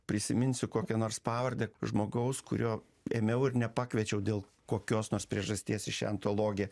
prisiminsiu kokią nors pavardę žmogaus kurio ėmiau ir nepakviečiau dėl kokios nors priežasties į šią antologiją